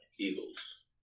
Eagles